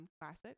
classic